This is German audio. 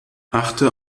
achte